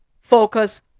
focus